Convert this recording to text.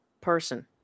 person